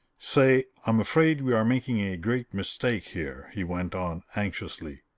say, i'm afraid we are making a great mistake here, he went on anxiously.